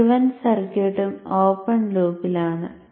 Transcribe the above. മുഴുവൻ സർക്യൂട്ടും ഓപ്പൺ ലൂപ്പിൽ ആണ്